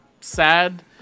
sad